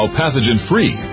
pathogen-free